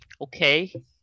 Okay